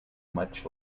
much